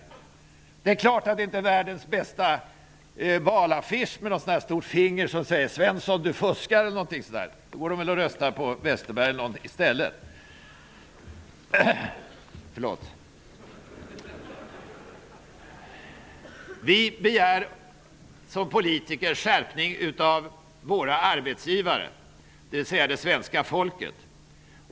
Men det är klart att en affisch med ett stort finger som säger: Svensson! Du fuskar! inte är världens bästa valaffisch. Då går de väl och röstar på Westerberg i stället -- förlåt! Vi begär som politiker en skärpning av våra arbetsgivare, dvs. det svenska folket.